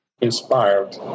inspired